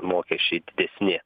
mokesčiai didesni